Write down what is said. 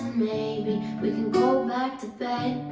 maybe we can go back to bed